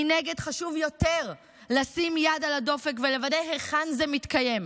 מנגד חשוב יותר לשים אצבע על הדופק ולוודא היכן זה מתקיים,